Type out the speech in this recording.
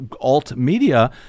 alt-media